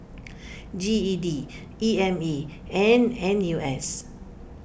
G E D E M A and N U S